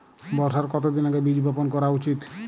বর্ষার কতদিন আগে বীজ বপন করা উচিৎ?